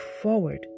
forward